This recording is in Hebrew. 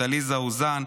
את עליזה אוזן,